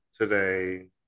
today